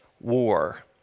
war